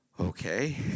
okay